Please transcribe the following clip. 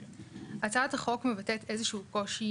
הצעת החוק מבטאת איזה שהוא קושי